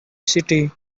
city